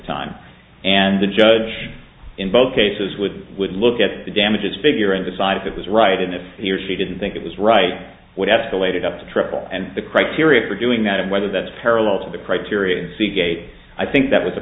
time and the judge in both cases would would look at the damages figure and decide if it was right and if he or she didn't think it was right would have collated up to triple and the criteria for doing that and whether that's parallel to the criteria seagate i think that w